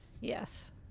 Yes